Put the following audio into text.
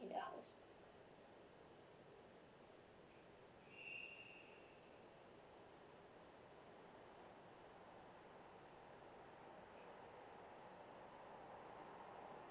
in the house